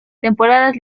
temporadas